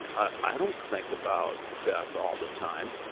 ah i don't think about death all the time.